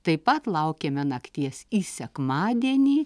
taip pat laukėme nakties į sekmadienį